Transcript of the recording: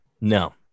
No